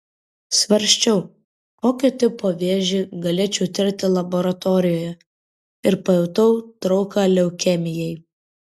svarsčiau kokio tipo vėžį galėčiau tirti laboratorijoje ir pajutau trauką leukemijai